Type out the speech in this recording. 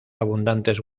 abundantes